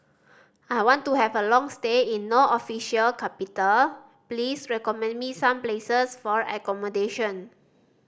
I want to have a long stay in No Official Capital please recommend me some places for accommodation